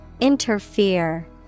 Interfere